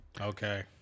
Okay